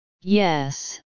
Yes